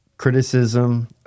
criticism